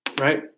Right